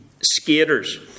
skaters